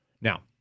now